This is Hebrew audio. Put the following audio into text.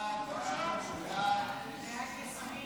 ההצעה להעביר את הצעת